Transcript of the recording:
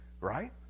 right